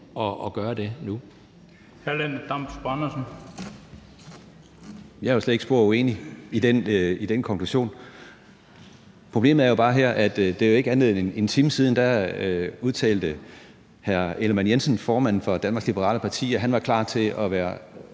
at gøre det nu.